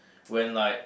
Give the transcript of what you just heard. when I